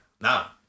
Now